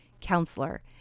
counselor